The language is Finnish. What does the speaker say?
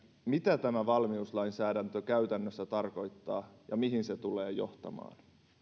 mitä tämä valmiuslainsäädäntö käytännössä tarkoittaa ja mihin se tulee johtamaan